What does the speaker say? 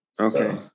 okay